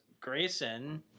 Grayson